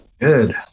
Good